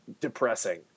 depressing